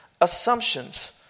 assumptions